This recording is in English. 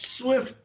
Swift